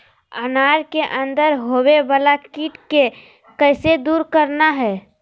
अनार के अंदर होवे वाला कीट के कैसे दूर करना है?